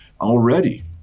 Already